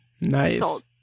Nice